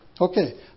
Okay